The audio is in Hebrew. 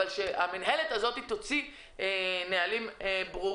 אבל המינהלת הזו צריכה להוציא נהלים ברורים.